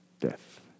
Death